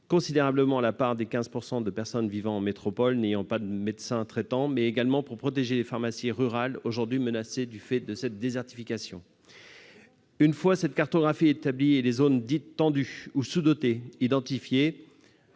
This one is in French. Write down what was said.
considérablement la part des 15 % de personnes vivant en métropole dépourvue de médecin traitant, mais aussi pour protéger les pharmacies rurales menacées du fait de cette désertification. Une fois cette cartographie établie et les zones dites tendues ou sous-dotées identifiées-